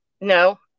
No